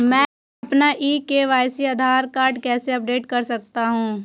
मैं अपना e KYC Aadhaar card कैसे अपडेट कर सकता हूँ?